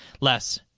less